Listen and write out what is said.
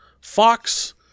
Fox